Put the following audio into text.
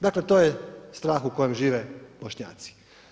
Dakle to je strah u kojem žive Bošnjaci.